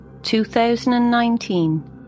2019